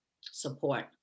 support